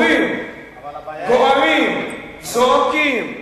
אבל הבעיה היא, אומרים, גוערים, צועקים,